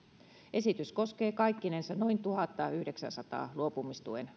esitys koskee kaikkinensa noin tuhattayhdeksääsataa luopumistuen